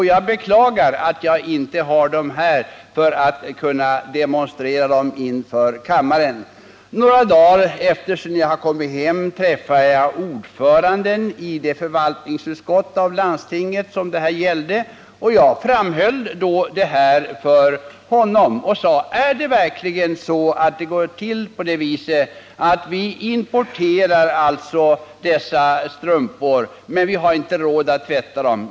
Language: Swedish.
Jag beklagar att jag inte har dem här så att jag kan demonstrera dem inför kammaren. Några dagar efter det att jag kommit hem träffade jag ordföranden i förvaltningsutskottet i det landsting det här gäller. Jag berättade då det här för honom och frågade: Går det verkligen till på det här viset? Vi importerar alltså dessa strumpor, men vi har inte råd att tvätta dem?